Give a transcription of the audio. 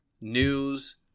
news